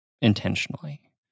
intentionally